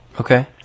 Okay